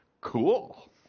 cool